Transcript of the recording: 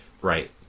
Right